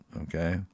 okay